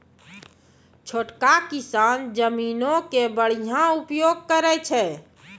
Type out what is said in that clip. छोटका किसान जमीनो के बढ़िया उपयोग करै छै